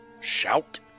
shout